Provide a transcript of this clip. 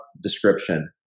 description